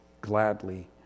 gladly